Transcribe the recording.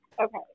Okay